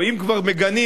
או אם כבר מגנים,